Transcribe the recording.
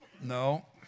no